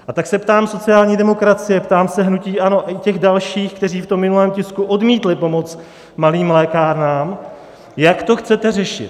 A tak se ptám sociální demokracie, ptám se hnutí ANO a i těch dalších, kteří v tom minulém tisku odmítli pomoc malým lékárnám, jak to chcete řešit.